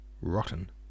rotten